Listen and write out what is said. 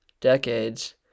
decades